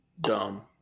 Dumb